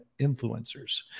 influencers